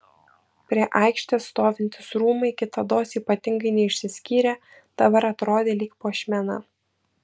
prie aikštės stovintys rūmai kitados ypatingai neišsiskyrę dabar atrodė lyg puošmena